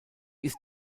ist